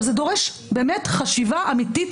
זה דורש באמת חשיבה אמיתית,